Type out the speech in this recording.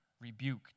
rebuke